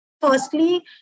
Firstly